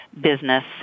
business